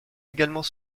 également